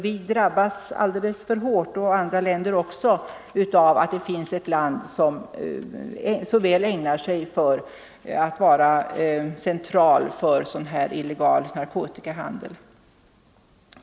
Vi och andra länder drabbas hårt av att det finns ett land som så väl lämpar sig som central för sådan illegal handel med narkotika.